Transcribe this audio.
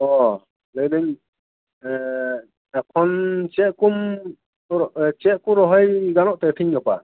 ᱚᱻ ᱞᱟᱹᱭᱫᱟᱹᱧ ᱮᱠᱷᱚᱱ ᱪᱮᱫ ᱠᱚᱢ ᱪᱮᱫ ᱠᱚ ᱨᱚᱦᱚᱭ ᱜᱟᱱᱚᱜᱛᱮ ᱛᱮᱦᱮᱧ ᱜᱟᱯᱟ